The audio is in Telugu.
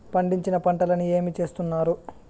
పండించిన పంటలని ఏమి చేస్తున్నారు?